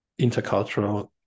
intercultural